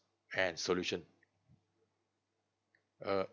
and solution uh